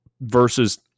versus